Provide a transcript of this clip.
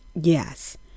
yes